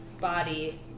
body